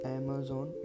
amazon